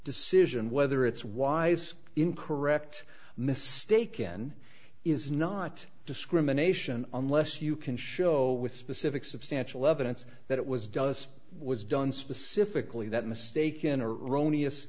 decision whether it's wise in correct mistaken is not discrimination unless you can show with specific substantial evidence that it was does was done specifically that mistaken or erroneous